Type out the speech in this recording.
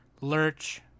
Lurch